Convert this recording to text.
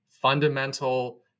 fundamental